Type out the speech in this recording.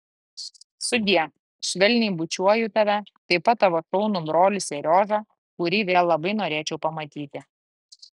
sudie švelniai bučiuoju tave taip pat tavo šaunų brolį seriožą kurį vėl labai norėčiau pamatyti